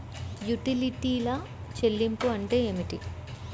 యుటిలిటీల చెల్లింపు అంటే ఏమిటి?